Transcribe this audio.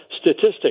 statistics